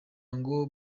ngo